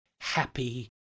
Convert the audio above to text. happy